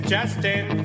Justin